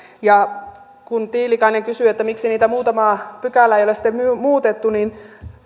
ja kun tiilikainen kysyi miksi niitä muutamaa pykälää ei ole sitten muutettu niin